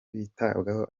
bitabwaho